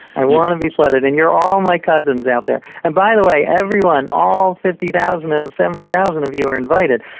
i want to be flooded. and you're all my cousins out there. and by the way, everyone, all fifty thousand or seventy thousand of you, are invited.